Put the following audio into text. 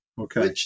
okay